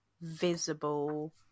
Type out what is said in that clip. visible